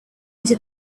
into